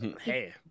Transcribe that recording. hey